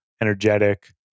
energetic